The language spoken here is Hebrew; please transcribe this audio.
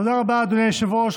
תודה רבה, אדוני היושב-ראש.